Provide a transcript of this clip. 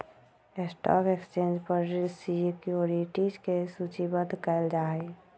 stock exchange पर securities के सूचीबद्ध कयल जाहइ